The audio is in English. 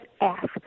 ask